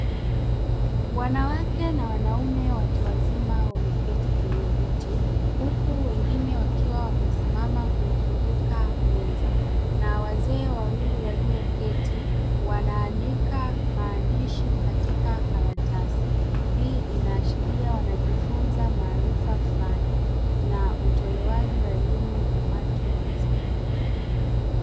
Wanawake na wanaume watu wazima wameketi kwenye viti huku wengine wakiwa wamesimama kuizunguka meza na wazee wawili walioketi wanaandika katika karatasi. Hii inaashiria wanajifunza maarifa flani na utolewaji wa elimu ya watu wazima.